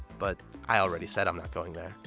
but i already said i'm not going there.